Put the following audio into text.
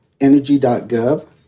energy.gov